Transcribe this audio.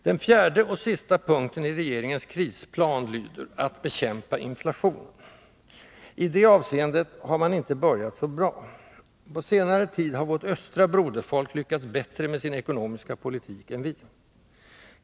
Den fjärde och sista punkten i regeringens krisplan lyder: ”att bekämpa inflationen”. I det avseendet har man inte börjat så bra. På senare tid har vårt östra broderfolk lyckats bättre med sin ekonomiska politik än vi.